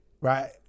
right